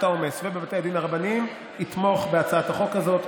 העומס בבתי המשפט ובבתי הדין הרבניים יתמוך בהצעת החוק הזאת.